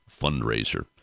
fundraiser